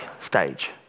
stage